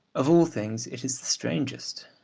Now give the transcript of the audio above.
of all things it is the strangest.